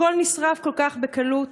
הכול נשרף כל כך בקלות.